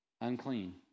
unclean